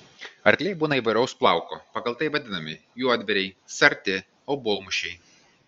arkliai būna įvairaus plauko pagal tai vadinami juodbėriai sarti obuolmušiai